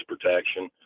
protection